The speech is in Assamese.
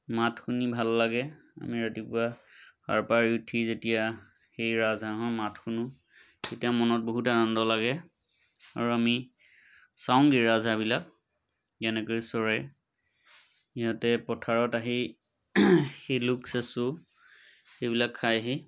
মাত শুনি ভাল লাগে আমি ৰাতিপুৱা সাৰ পাই উঠি যেতিয়া সেই ৰাজহাঁহৰ মাত শুনো তেতিয়া মনত বহুত আনন্দ লাগে আৰু আমি চাওঁগে ৰাজহাঁহবিলাক কেনেকৈ চৰে সিহঁতে পথাৰত আহি শেলুক চেঁচু সেইবিলাক খাইহি